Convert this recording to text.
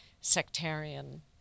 sectarian